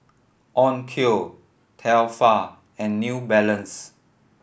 Onkyo Tefal and New Balance